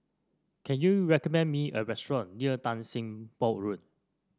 can you recommend me a restaurant near Tan Sim Boh Road